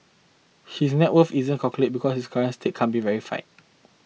his net worth isn't calculated because his current stake can't be verified